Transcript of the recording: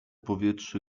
powietrze